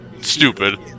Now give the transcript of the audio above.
stupid